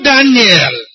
Daniel